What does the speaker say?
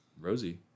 Rosie